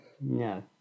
No